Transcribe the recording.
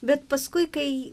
bet paskui kai